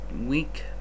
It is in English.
week